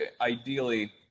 ideally